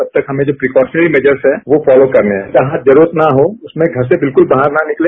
तब तक हमें जो प्रीक्योशनरी मेजर्स है वो फोलो करने हैं जहां जरूरत न हो उसमें घर से बिल्कुल बाहर न निकले